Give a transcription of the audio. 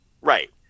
Right